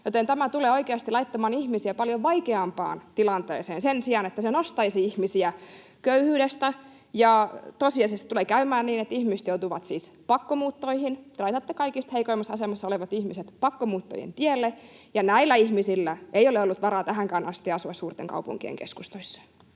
tämä tulee oikeasti laittamaan ihmisiä paljon vaikeampaan tilanteeseen sen sijaan, että se nostaisi ihmisiä köyhyydestä. Ja tosiasiassa tulee käymään niin, että ihmiset joutuvat pakkomuuttoihin. Te laitatte kaikista heikoimmassa asemassa olevat ihmiset pakkomuuttojen tielle, ja näillä ihmisillä ei ole ollut varaa tähänkään asti asua suurten kaupunkien keskustoissa.